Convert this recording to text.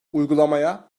uygulamaya